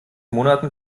monaten